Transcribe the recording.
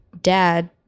dad